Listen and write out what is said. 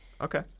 Okay